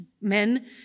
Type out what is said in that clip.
men